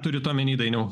turit omeny dainiau